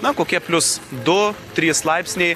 na kokie plius du trys laipsniai